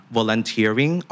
Volunteering